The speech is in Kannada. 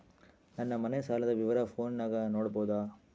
ನನ್ನ ಮನೆ ಸಾಲದ ವಿವರ ಫೋನಿನಾಗ ನೋಡಬೊದ?